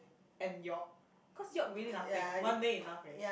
and York cause York really nothing one day enough already